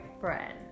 friend